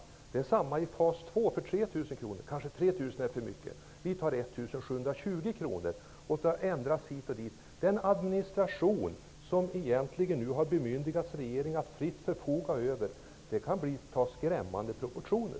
Det blir detsamma i fas två, när man ändrar avgiften till 3 000 kr. Sedan säger man att 3 000 kr är för mycket och bestämmer sig för att ta 1 720 kr i stället. Avgiften kan ändras hit och dit. Den administration som bemyndigas regeringen att fritt förfoga över kan ta skrämmande proportioner.